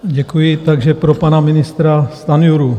Děkuji, takže pro pana ministra Stanjuru.